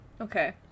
okay